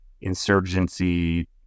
insurgency